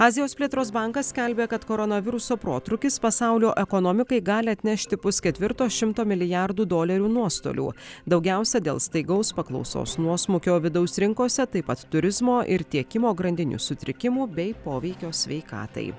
azijos plėtros bankas skelbia kad koronaviruso protrūkis pasaulio ekonomikai gali atnešti pusketvirto šimto milijardų dolerių nuostolių daugiausiai dėl staigaus paklausos nuosmukio vidaus rinkose taip pat turizmo ir tiekimo grandinių sutrikimų bei poveikio sveikatai